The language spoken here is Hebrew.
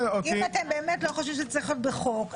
אם אתם באמת לא חושבים שזה צריך להיות בחוק,